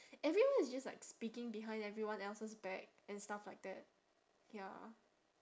everyone is just like speaking behind everyone else's back and stuff like that ya